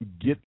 get